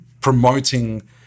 promoting